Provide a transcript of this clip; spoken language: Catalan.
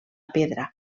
pedra